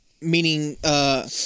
meaning